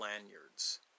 lanyards